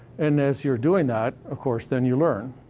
and as you're doing that, of course, then you learn,